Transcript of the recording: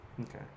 Okay